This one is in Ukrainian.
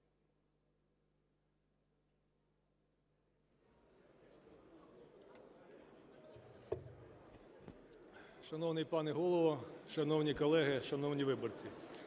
Шановний пане Голово, шановні колеги, шановні виборці!